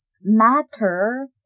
matter